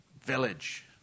Village